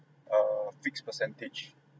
uh fixed percentage